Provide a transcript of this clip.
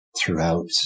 throughout